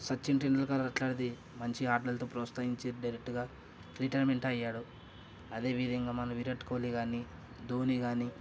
సచిన్ టెండూల్కర్ అట్లాంటిది మంచిగా ఆటలతో ప్రోత్సహించి డైరెక్ట్గా రిటైర్మెంట్ అయ్యాడు అదేవిధంగా మన విరాట్ కోహ్లీ గానీ ధోని గానీ